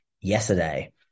yesterday